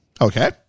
Okay